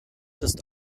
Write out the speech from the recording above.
ist